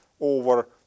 over